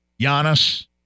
Giannis